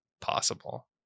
possible